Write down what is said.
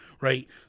right